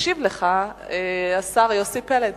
ישיב לך השר יוסי פלד.